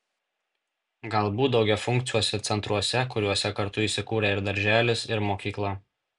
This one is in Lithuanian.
galbūt daugiafunkciuose centruose kuriuose kartu įsikūrę ir darželis ir mokykla